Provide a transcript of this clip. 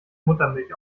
muttermilch